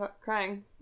crying